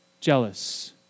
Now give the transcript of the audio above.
jealous